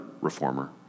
reformer